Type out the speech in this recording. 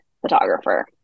photographer